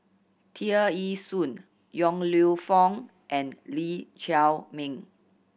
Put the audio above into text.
Tear Ee Soon Yong Lew Foong and Lee Chiaw Meng